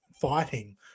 fighting